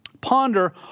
Ponder